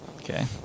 Okay